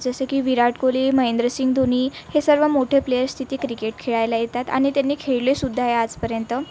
जसे की विराट कोहली महेंद्रसिंग धोनी हे सर्व मोठे प्लेयस तिथे क्रिकेट खेळायला येतात आणि त्यांनी खेळलेसुद्धा आहे आजपर्यंत